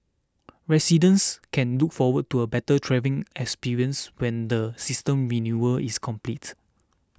residents can look forward to a better travel experience when the system renewal is completed